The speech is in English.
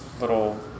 little